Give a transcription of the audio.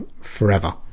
forever